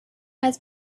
had